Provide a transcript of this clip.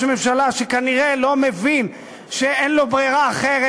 הממשלה שכנראה לא מבין שאין לו ברירה אחרת.